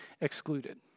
excluded